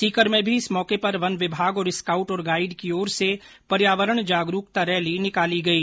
सीकर में भी इस मौके पर वन विभाग और स्काउट और गाईड की और से पर्यावरण जागरूकता रैली निकाली गई